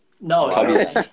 No